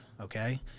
okay